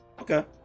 Okay